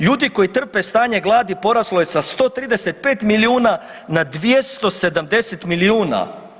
Ljudi koji trpe stanje gladi poraslo je sa 135 milijuna na 270 milijuna.